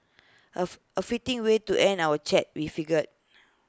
A A fitting way to end our chat we figured